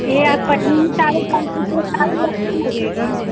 ये आप लगेगी